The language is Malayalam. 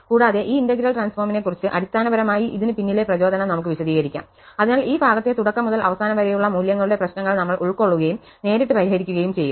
കൂടാതെ ഈ ഇന്റഗ്രൽ ട്രാൻസ്ഫോമിനെക്കുറിച്ച് അടിസ്ഥാനപരമായി ഇതിന് പിന്നിലെ പ്രചോദനം നമുക്ക് വിശദീകരിക്കാം അതിനാൽ ഈ ഭാഗത്തെ തുടക്കം മുതൽ അവസാനം വരെയുള്ള മൂല്യങ്ങളുടെ പ്രശ്നങ്ങൾ നമ്മൾ ഉൾക്കൊള്ളുകയും നേരിട്ട് പരിഹരിക്കുകയും ചെയ്യും